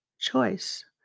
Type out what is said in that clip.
choice